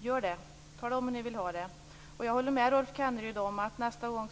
Gör det! Tala om hur ni vill ha det! Jag håller med Rolf Kenneryd om att nästa gång